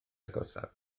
agosaf